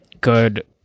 good